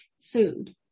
food